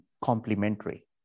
complementary